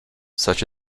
such